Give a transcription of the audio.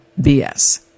BS